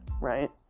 right